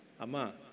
Ama